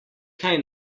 kaj